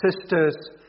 sisters